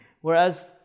Whereas